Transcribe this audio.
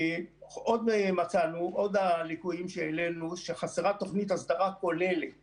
עוד ליקויים שהעלינו: חסרה תוכנית הסדרה כוללת